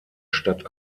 stadt